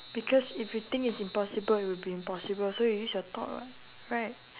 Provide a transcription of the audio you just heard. because if you think it's impossible it will be impossible so you use your thought [what] right